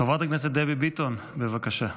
חברת הכנסת דבי ביטון, בבקשה.